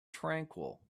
tranquil